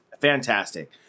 Fantastic